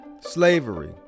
slavery